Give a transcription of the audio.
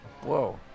Whoa